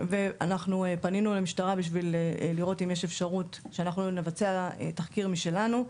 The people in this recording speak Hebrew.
ואנחנו פנינו למשטרה בשביל לראות אם יש אפשרות שאנחנו נבצע תחקיר משלנו.